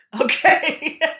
Okay